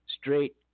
Straight